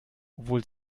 obwohl